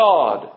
God